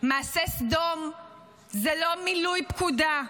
מעשה סדום זה לא מילוי פקודה,